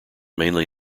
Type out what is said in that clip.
mainly